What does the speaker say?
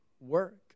work